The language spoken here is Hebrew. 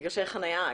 מגרשי חניה.